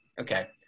okay